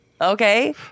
Okay